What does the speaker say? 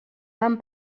van